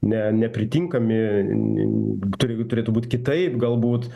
ne nepritinkami n tur turėtų būt kitaip galbūt